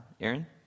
Aaron